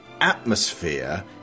atmosphere